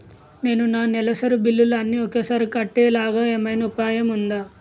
నేను నా నెలసరి బిల్లులు అన్ని ఒకేసారి కట్టేలాగా ఏమైనా ఉపాయం ఉందా?